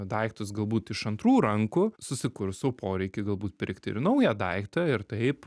daiktus galbūt iš antrų rankų susikurs sau poreikį galbūt pirkti ir naują daiktą ir taip